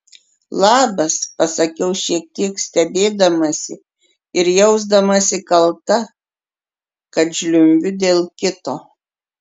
labas pasakiau šiek tiek stebėdamasi ir jausdamasi kalta kad žliumbiu dėl kito